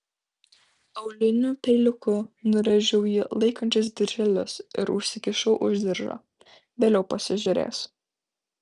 auliniu peiliuku nurėžiau jį laikančius dirželius ir užsikišau už diržo vėliau pasižiūrėsiu